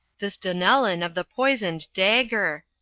this donellan of the poisoned dagger!